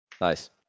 Nice